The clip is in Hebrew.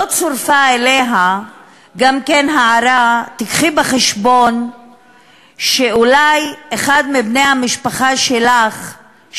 לא צורפה אליה גם כן ההערה: תיקחי בחשבון שאולי אחד מבני המשפחה שלך,